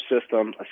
system